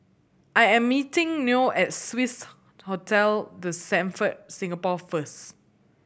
I am meeting Noe at Swissotel The Stamford Singapore first